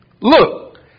Look